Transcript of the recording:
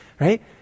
right